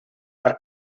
per